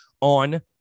on